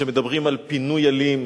כשמדברים על פינוי אלים